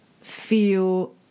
feel